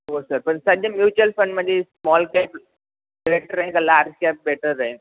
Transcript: हो सर पण सध्या म्युच्युअल फंडमध्ये स्मॉल कॅप रेटर आहे का लार्ज कॅब बेटर आहे